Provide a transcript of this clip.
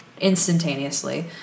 instantaneously